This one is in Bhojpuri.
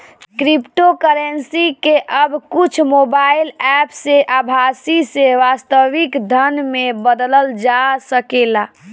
क्रिप्टोकरेंसी के अब कुछ मोबाईल एप्प से आभासी से वास्तविक धन में बदलल जा सकेला